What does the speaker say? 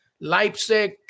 Leipzig